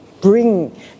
bring